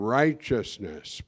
righteousness